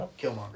Killmonger